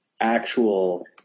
actual